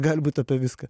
gali būt apie viską